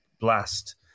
blast